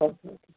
okay